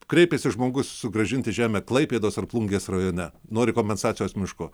kreipėsi žmogus sugrąžinti žemę klaipėdos ar plungės rajone nori kompensacijos mišku